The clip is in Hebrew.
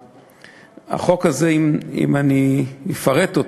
החוק הזה, אם אני אפרט,